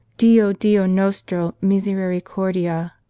dio, dio nostro, miseri cordia!